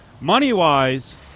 money-wise